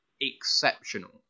exceptional